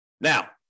Now